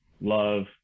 love